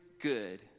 good